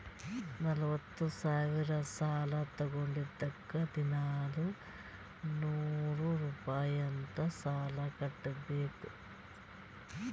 ನಲ್ವತ ಸಾವಿರ್ ಸಾಲಾ ತೊಂಡಿದ್ದುಕ್ ದಿನಾಲೂ ನೂರ್ ರುಪಾಯಿ ಅಂತ್ ಸಾಲಾ ಕಟ್ಬೇಕ್